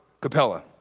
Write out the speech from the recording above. Capella